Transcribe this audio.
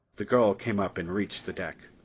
the girl came up and reached the deck.